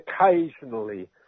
occasionally